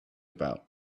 about